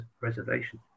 reservation